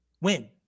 Win